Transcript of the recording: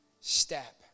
step